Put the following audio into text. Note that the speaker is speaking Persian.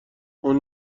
اون